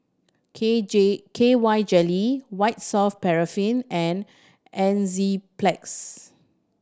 K J K Y Jelly White Soft Paraffin and Enzyplex